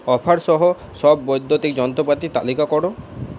offer সহ সব বৈদ্যুতিক যন্ত্রপাতির তালিকা করো